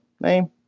Name